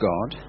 God